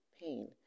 pain